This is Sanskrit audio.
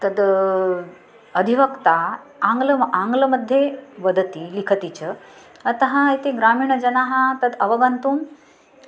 तद् अधिवक्ता आङ्ग्ले आङ्ग्लमध्ये वदति लिखति च अतः इति ग्रामीणजनाः तद् अवगन्तुम्